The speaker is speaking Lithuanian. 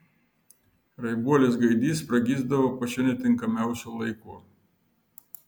raibuolis gaidys pragysdavo pačiu netinkamiausiu laiku